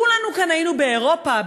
כולנו כאן היינו באירופה,